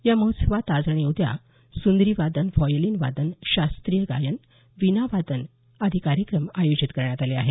या महोत्सवात आज आणि उद्या सुंद्री वादन व्हायोलिन वादन शास्त्रीय गायन वीणा वादन आदी कार्यक्रम आयोजित करण्यात आले आहेत